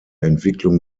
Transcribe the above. entwicklung